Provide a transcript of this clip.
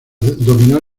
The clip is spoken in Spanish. dominar